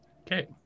Okay